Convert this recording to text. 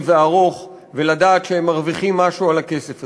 וארוך ולדעת שהם מרוויחים משהו על הכסף הזה.